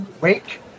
Wake